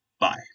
Bye